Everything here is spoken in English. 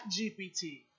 GPT